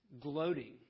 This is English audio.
gloating